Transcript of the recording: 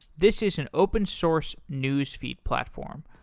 this is an open source newsfeed platform.